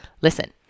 listen